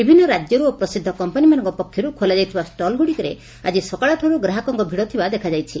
ବିଭିନ୍ନ ରାକ୍ୟରୁ ଓ ପ୍ରସିଦ୍ଧ କମ୍ପାନୀମାନଙ୍କ ପକ୍ଷରୁ ଖୋଲାଯାଇଥିବା ଷଲ୍ଗୁଡ଼ିକରେ ଆଜି ସକାଳଠାରୁ ଗ୍ରାହକଙ୍କ ଭିଡ଼ ଥିବା ଦେଖାଯାଇଛି